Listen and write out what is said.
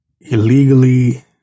illegally